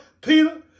Peter